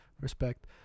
Respect